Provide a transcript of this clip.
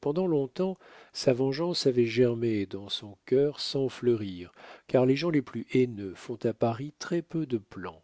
pendant long-temps sa vengeance avait germé dans son cœur sans fleurir car les gens les plus haineux font à paris très-peu de plans